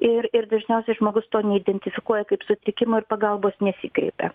ir ir dažniausiai žmogus to neidentifikuoja kaip sutikimo ir pagalbos nesikreipia